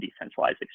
decentralized